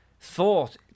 thought